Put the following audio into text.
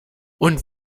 und